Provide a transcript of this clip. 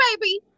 baby